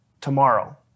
tomorrow